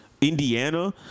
Indiana